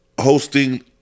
hosting